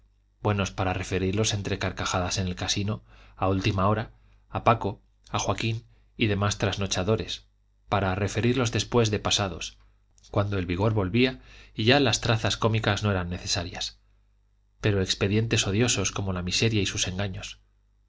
buenos para referirlos entre carcajadas en el casino a última hora a paco a joaquín y demás trasnochadores para referirlos después de pasados cuando el vigor volvía y ya las trazas cómicas no eran necesarias pero expedientes odiosos como la miseria y sus engaños